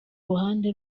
ruhande